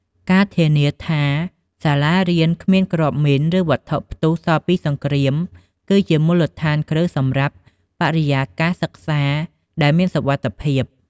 ការធានាថាសាលារៀនគ្មានគ្រាប់មីន ឬវត្ថុផ្ទុះសល់ពីសង្គ្រាម គឺជាមូលដ្ឋានគ្រឹះសម្រាប់ បរិយាកាសសិក្សាដែលមានសុវត្ថិភាព។